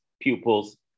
pupils